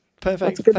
perfect